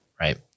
right